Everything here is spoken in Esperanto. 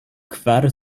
kvar